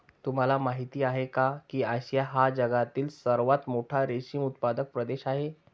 तुम्हाला माहिती आहे का की आशिया हा जगातील सर्वात मोठा रेशीम उत्पादक प्रदेश आहे